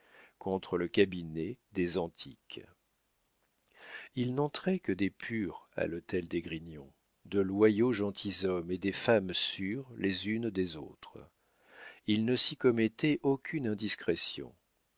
contre le cabinet des antiques il n'entrait que des purs à l'hôtel d'esgrignon de loyaux gentilshommes et des femmes sûres les unes des autres il ne s'y commettait aucune indiscrétion